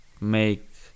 make